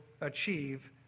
achieve